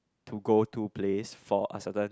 to go to place for a certain